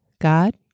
God